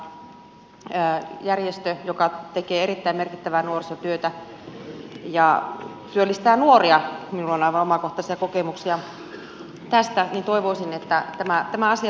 toivoisin että järjestö joka tekee erittäin merkittävää nuorisotyötä ja työllistää nuoria minulla on aivan omakohtaisia kokemuksia tästä toivoisin että tämä asia